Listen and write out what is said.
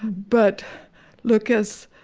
but lucas,